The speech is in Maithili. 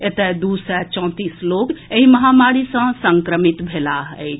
एतय दू सय चौंतीस लोक एहि महामारी सँ संक्रमित भेलाह अछि